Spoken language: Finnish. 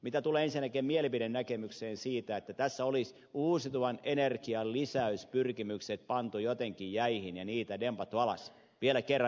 mitä tulee ensinnäkin mielipidenäkemykseen siitä että tässä olisi uusiutuvan energian lisäyspyrkimykset pantu jotenkin jäihin ja niitä dempattu alas vielä kerran ed